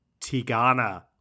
Tigana